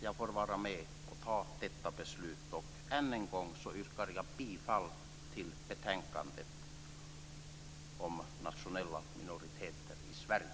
jag får vara med och fatta detta beslut. Än en gång yrkar jag bifall till hemställan i betänkandet om nationella minoriteter i Sverige.